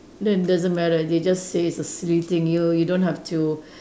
then doesn't matter they just say it's a silly thing you you don't have to